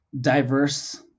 diverse